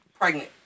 pregnant